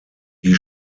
die